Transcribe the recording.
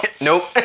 nope